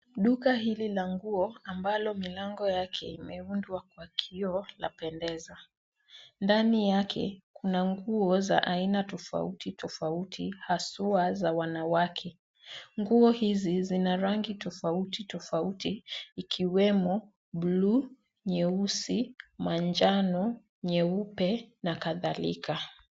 Duka hili la nguo ambalo milango yake imeundwa kwa kioo la kupendeza. Ndani yake, kuna nguo za aina tofauti tofauti haswa za wanawake. Nguo hizi zina rangi tofauti tofauti ikiwemo bluu, nyeusi, manjano, nyeupe na kadhalika.